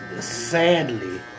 sadly